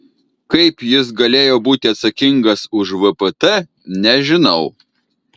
kaip jis galėjo būti atsakingas už vpt nežinau